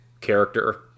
character